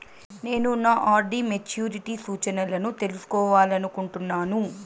నేను నా RD maturity సూచనలను తెలుసుకోవాలనుకుంటున్నాను